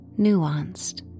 nuanced